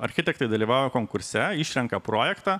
architektai dalyvavauja konkurse išrenka projektą